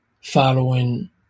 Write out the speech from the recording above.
following